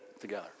together